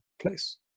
place